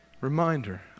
reminder